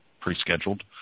pre-scheduled